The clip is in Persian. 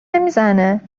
نمیزنه